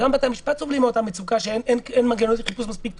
גם בתי המשפט סובלים מאותה מצוקה שאין מנגנוני חיפוש מספיק טובים,